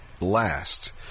last